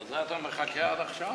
לזה אתה מחכה עד עכשיו?